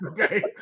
Okay